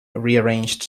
rearranged